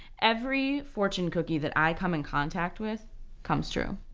every fortune cookie that i come in contact with comes true.